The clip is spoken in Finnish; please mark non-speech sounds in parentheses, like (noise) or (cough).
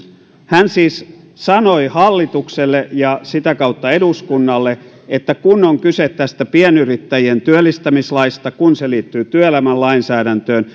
hän siis sanoi hallitukselle ja sitä kautta eduskunnalle että kun on kyse tästä pienyrittäjien työllistämislaista kun se liittyy työelämälainsäädäntöön (unintelligible)